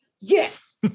Yes